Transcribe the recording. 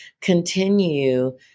continue